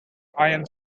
ion